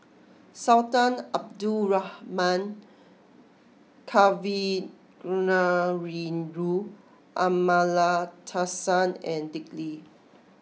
Sultan Abdul Rahman Kavignareru Amallathasan and Dick Lee